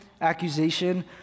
accusation